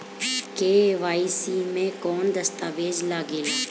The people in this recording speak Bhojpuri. के.वाइ.सी मे कौन दश्तावेज लागेला?